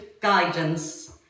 guidance